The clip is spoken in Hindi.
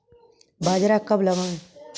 बाजरा कब लगाएँ?